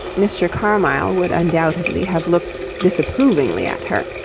mr. carmyle would undoubtedly have looked disapprovingly at her,